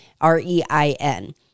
R-E-I-N